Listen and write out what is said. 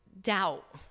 doubt